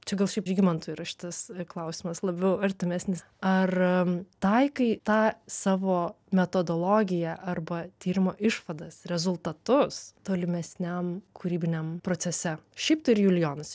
čia gal šiaip žygimantui yra šitas klausimas labiau artimesnis ar taikai tą savo metodologiją arba tyrimo išvadas rezultatus tolimesniam kūrybiniam procese šaip tai ir julijonas